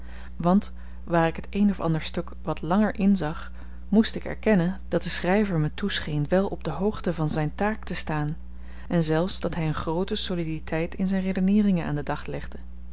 want waar ik t een of ander stuk wat langer inzag moest ik erkennen dat de schryver me toescheen wel op de hoogte van zyn taak te staan en zelfs dat hy een groote soliditeit in zyn redeneeringen aan den dag legde